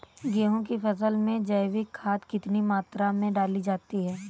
गेहूँ की फसल में जैविक खाद कितनी मात्रा में डाली जाती है?